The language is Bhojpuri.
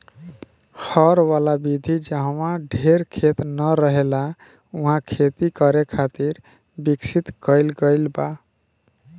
हर वाला विधि जाहवा ढेर खेत ना रहेला उहा खेती करे खातिर विकसित कईल गईल बा